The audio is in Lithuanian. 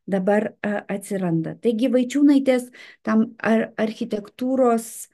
dabar a atsiranda taigi vaičiūnaitės tam ar architektūros